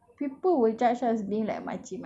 but then if we wear like that err